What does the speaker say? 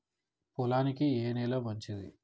పొలానికి ఏ నేల మంచిది?